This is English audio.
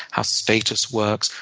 how status works,